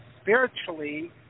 spiritually